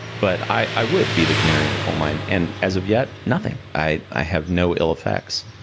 but i would be the canary in the coalmine. and as of yet, nothing. i i have no ill effects.